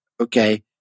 okay